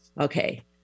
Okay